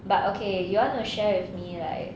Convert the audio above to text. but okay you want to share with me right